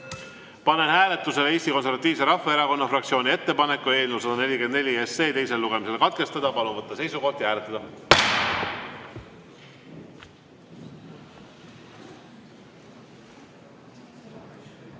Panen hääletusele Eesti Konservatiivse Rahvaerakonna fraktsiooni ettepaneku eelnõu 144 teine lugemine katkestada. Palun võtta seisukoht ja hääletada!